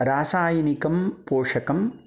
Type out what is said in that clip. रासायनिकं पोषकम्